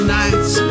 nights